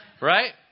Right